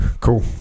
Cool